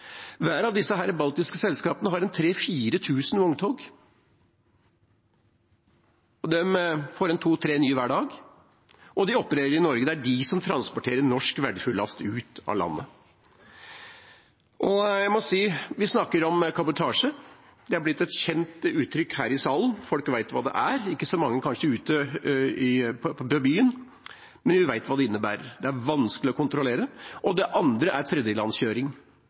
Hver av disse baltiske selskapene har 3 000–4 000 vogntog, de får 2–3 nye hver dag, og de opererer i Norge. Det er de som transporterer norsk verdifull last ut av landet. Vi snakker om kabotasje. Det er blitt et kjent uttrykk her i salen, folk vet hva det er, kanskje ikke så mange ute i byen, men vi vet hva det innebærer. Det er vanskelig å kontrollere. Det andre er tredjelandskjøring,